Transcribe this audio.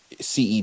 cep